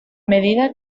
medida